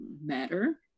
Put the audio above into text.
matter